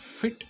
fit